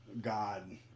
God